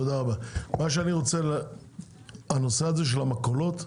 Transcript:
בנושא של המכולות,